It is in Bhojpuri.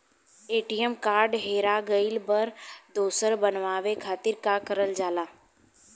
ए.टी.एम कार्ड हेरा गइल पर दोसर बनवावे खातिर का करल जाला?